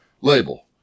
Label